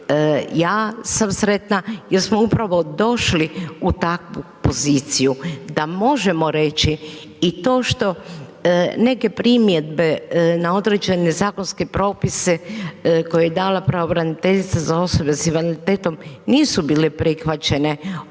Ja sam sretna jer smo upravo došli u takvu poziciju da možemo reći i to što neke primjedbe na određene zakonske propise koje je dala pravobraniteljica za osobe s invaliditetom nisu bile prihvaćene